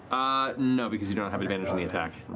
no, because you do not have advantage on the attack,